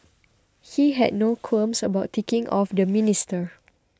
he had no qualms about ticking off the minister